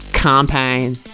campaign